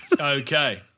Okay